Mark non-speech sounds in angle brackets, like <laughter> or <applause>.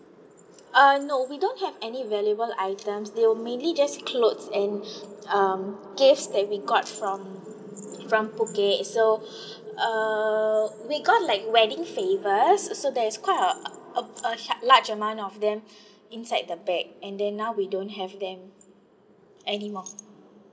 err no we don't have any valuable items they were mainly just clothes and <breath> um case that we got from from phuket so <breath> err we got like wedding favours so there is quite a uh uh large amount of them <breath> inside the bag and then now we don't have them anymore